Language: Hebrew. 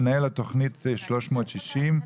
מנהל התוכנית 360,